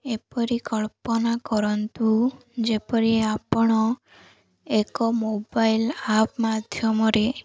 ଏପରି କଳ୍ପନା କରନ୍ତୁ ଯେପରି ଆପଣ ଏକ ମୋବାଇଲ୍ ଆପ୍ ମାଧ୍ୟମରେ